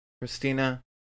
Christina